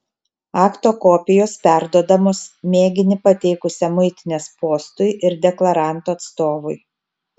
akto kopijos perduodamos mėginį pateikusiam muitinės postui ir deklaranto atstovui